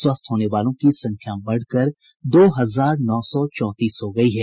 स्वस्थ होने वालों की संख्या बढ़कर दो हजार नौ सौ चौंतीस हो गयी है